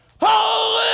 Holy